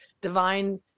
divine